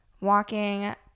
walking –